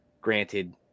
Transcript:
granted